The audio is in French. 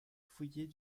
fouiller